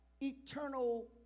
eternal